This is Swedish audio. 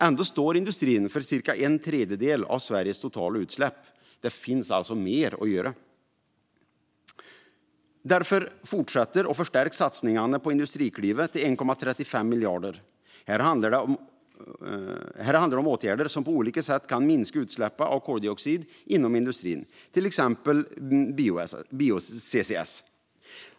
Ändå står industrin för cirka en tredjedel av Sveriges totala utsläpp. Det finns alltså mer att göra. Därför fortsätter och förstärks satsningarna på Industriklivet till 1,35 miljarder. Här handlar det om åtgärder som på olika sätt kan minska utsläppen av koldioxid inom industrin, till exempel bio-CCS.